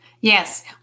Yes